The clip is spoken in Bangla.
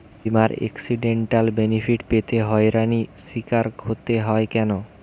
বিমার এক্সিডেন্টাল বেনিফিট পেতে হয়রানির স্বীকার হতে হয় কেন?